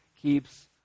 keeps